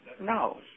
No